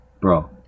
Bro